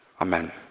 Amen